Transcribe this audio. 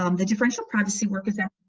um the differential privacy work without